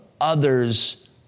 others